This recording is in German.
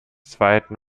zweiten